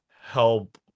help